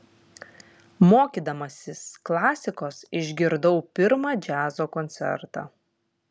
mokydamasis klasikos išgirdau pirmą džiazo koncertą